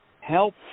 help